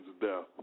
death